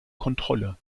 kontrolle